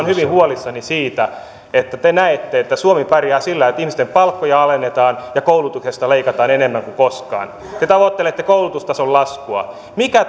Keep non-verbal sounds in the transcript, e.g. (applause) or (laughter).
(unintelligible) hyvin huolissani siitä että te näette että suomi pärjää sillä että ihmisten palkkoja alennetaan ja koulutuksesta leikataan enemmän kuin koskaan te tavoittelette koulutustason laskua mikä (unintelligible)